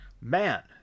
man